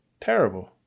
terrible